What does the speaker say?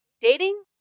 dating